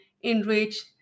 enrich